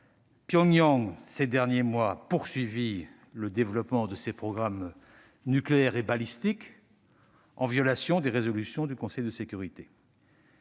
poursuivi ces derniers mois le développement de ses programmes nucléaire et balistique, en violation des résolutions du Conseil de sécurité.